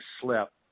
slip